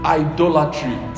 idolatry